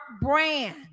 brand